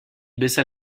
baissa